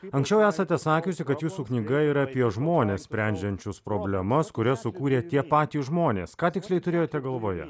anksčiau esate sakiusi kad jūsų knyga yra apie žmones sprendžiančius problemas kurias sukūrė tie patys žmonės ką tiksliai turėjote galvoje